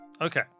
Okay